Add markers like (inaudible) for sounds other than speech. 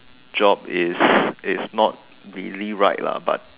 job is is (breath) not really right lah but